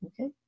Okay